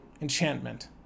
Enchantment